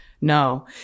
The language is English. No